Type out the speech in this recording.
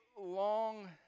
long